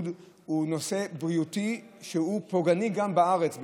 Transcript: הוא נושא בריאותי שהוא פוגעני גם בארץ.